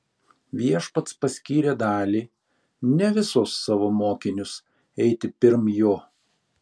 viešpats paskyrė dalį ne visus savo mokinius eiti pirm jo